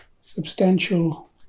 substantial